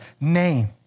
name